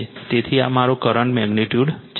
તેથી આ મારો કરંટ મેગ્નિટ્યુડ છે